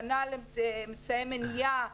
כנ"ל אמצעי מניעה,